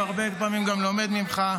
והרבה פעמים גם לומד ממך.